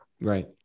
Right